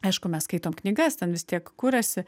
aišku mes skaitom knygas ten vis tiek kuriasi